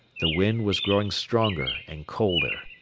the wind was growing stronger and colder.